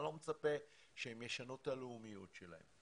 אני לא מצפה שהם ישנו את הלאומיות שלהם,